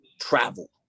travel